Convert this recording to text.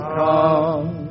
come